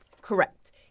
Correct